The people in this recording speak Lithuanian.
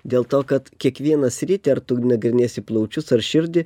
dėl to kad kiekvieną sritį ar tu nagrinėsi plaučius ar širdį